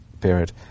period